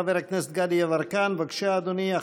חבר הכנסת גדי יברקן, בבקשה, אדוני.